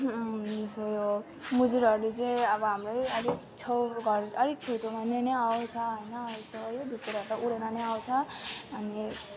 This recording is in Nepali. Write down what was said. जस्तो यो मुजुरहरू चाहिँ अब हाम्रै अलिक छेउ अलिक छेउछाउमा नै आउँछ होइन है ढुकुरहरू त उडेर नै आउँछ अनि